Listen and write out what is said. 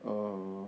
um